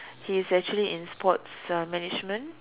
he is actually in sports uh management